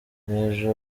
nk’ejo